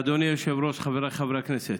אדוני היושב-ראש, חבריי חברי הכנסת,